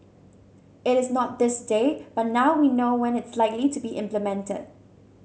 it is not this day but now we know when it's likely to be implemented